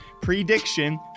prediction